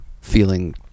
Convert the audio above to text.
feeling